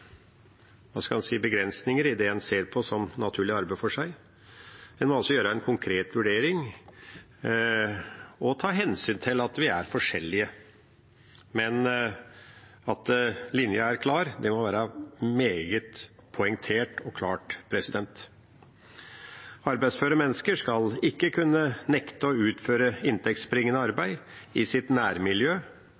skal man si – begrensninger i hva de ser på som naturlig arbeid for seg. En må altså gjøre en konkret vurdering og ta hensyn til at vi er forskjellige. Men at linja er klar, må være meget poengtert og klart. Arbeidsføre mennesker skal ikke kunne nekte å utføre inntektsbringende